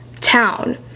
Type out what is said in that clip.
town